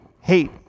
hate